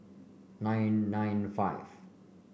nine nine five